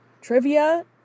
trivia